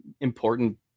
important